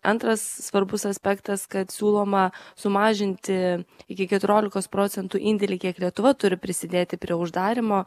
antras svarbus aspektas kad siūloma sumažinti iki keturiolikos procentų indėlį kiek lietuva turi prisidėti prie uždarymo